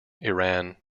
iran